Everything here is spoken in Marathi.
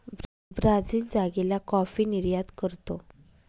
ब्राझील जागेला कॉफी निर्यात करतो